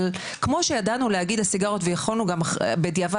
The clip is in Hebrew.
אבל כמו שידענו להגיד על סיגריות ויכולנו גם בדיעבד,